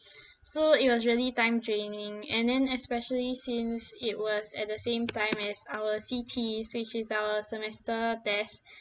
so it was really time draining and then especially since it was at the same time as our C_T which is our semester test